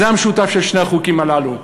זה המשותף לשני החוקים הללו.